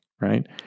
right